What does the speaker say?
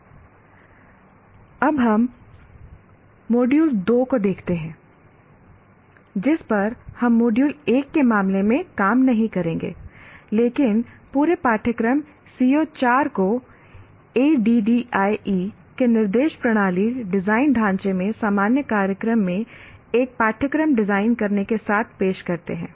slide समय देखें 1621 अब हम मॉड्यूल 2 को देखते हैं जिस पर हम मॉड्यूल 1 के मामले में काम नहीं करेंगे लेकिन पूरे पाठ्यक्रम CO4 को ADDIE के निर्देश प्रणाली डिजाइन ढांचे में सामान्य कार्यक्रम में एक पाठ्यक्रम डिजाइन करने के साथ पेश करते हैं